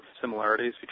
similarities